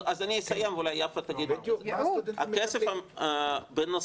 אבל הסטודנטים, מה עם הסטודנטים?